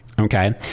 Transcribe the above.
Okay